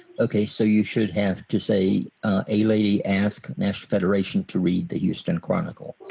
okay so you should have to say a lady ask national federation to read the houston chronicle.